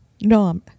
no